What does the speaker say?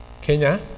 Kenya